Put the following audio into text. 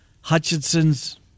Hutchinson's